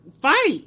fight